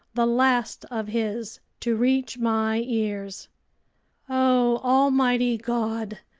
the last of his to reach my ears o almighty god!